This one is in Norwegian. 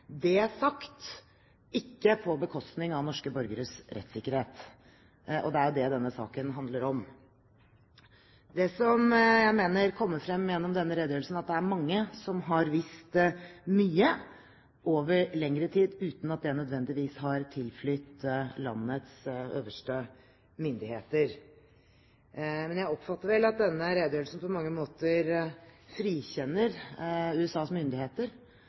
Det er sagt, ikke på bekostning av norske borgeres rettssikkerhet. Det er jo det denne saken handler om. Det som jeg mener kommer frem i denne redegjørelsen, er at det er mange som har visst mye over lengre tid, uten at det nødvendigvis har tilflytt landets øverste myndigheter. Men jeg oppfatter vel at denne redegjørelsen på mange måter frikjenner USAs myndigheter